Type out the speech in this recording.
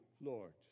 Lord